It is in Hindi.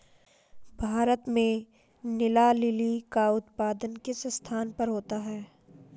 भारत में नीला लिली का उत्पादन किस स्थान पर होता है?